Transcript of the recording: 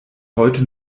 heute